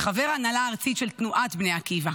וחבר הנהלה ארצית של תנועת בני עקיבא,